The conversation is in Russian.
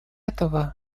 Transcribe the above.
этого